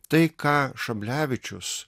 tai ką šablevičius